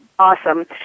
awesome